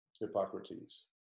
Hippocrates